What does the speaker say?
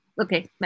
okay